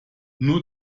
nur